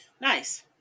Nice